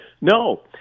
No